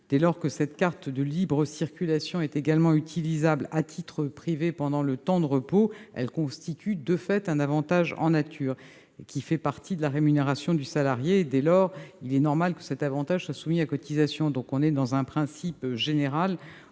du moment où cette carte de libre circulation est également utilisable à titre privé pendant le temps de repos, elle constitue de fait un avantage en nature qui fait partie de la rémunération du salarié. Dès lors, il est normal que cet avantage soit soumis à cotisation, car il ne me semble pas